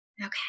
Okay